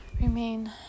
remain